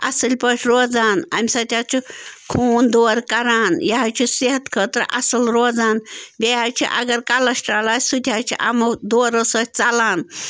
اَصٕل پٲٹھۍ روزان امہِ سۭتۍ حظ چھُ خوٗن دورٕ کران یہِ حظ چھِ صحت خٲطرٕ اَصٕل روزان بیٚیہِ حظ چھِ اگر کَلَسٹرال آسہِ سُہ تہِ حظ چھِ یِمَو دورَو سۭتۍ ژلان